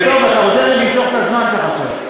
זה טוב, אתה עוזר לי למשוך את הזמן סך הכול.